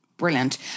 brilliant